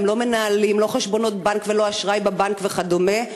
והם לא מנהלים לא חשבונות בנק ולא אשראי בבנק וכדומה.